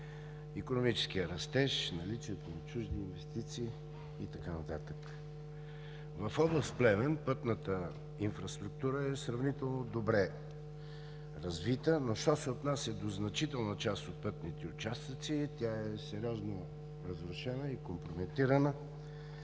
икономическия растеж, наличието на чужди инвестиции и така нататък. В област Плевен пътната инфраструктура е сравнително добре развита, но що се отнася до значителна част от пътните участъци, тя е сериозно разрушена и компрометирана,